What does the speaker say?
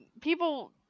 People